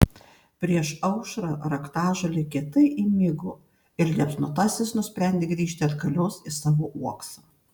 prieš aušrą raktažolė kietai įmigo ir liepsnotasis nusprendė grįžti atgalios į savo uoksą